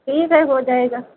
ठीक है हो जाएगा